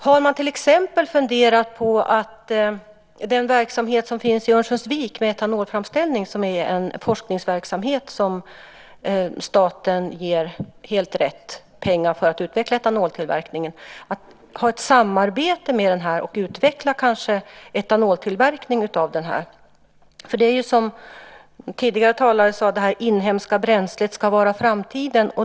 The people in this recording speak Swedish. Har man till exempel funderat på den verksamhet som finns i Örnsköldsvik, det vill säga etanolframställning, som är en forskningsverksamhet som staten helt riktigt ger pengar till för att utveckla etanoltillverkningen? Har man funderat på att ha ett samarbete med denna verksamhet och kanske utveckla etanoltillverkningen? Det är ju som tidigare talare sade: Det inhemska bränslet ska vara framtiden.